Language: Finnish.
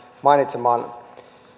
mainitsemaan